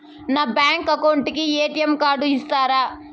నా bank account కు ATM card ఇస్తారా